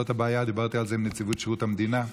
זאת הבעיה, דיברתי על זה עם נציבות שירות המדינה.